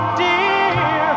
dear